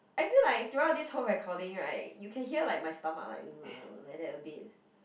I feel like throughout this whole recording [right] you can hear like my stomach like like that a bit